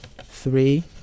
Three